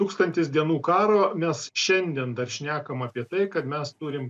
tūkstantis dienų karo mes šiandien dar šnekam apie tai kad mes turim